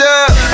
up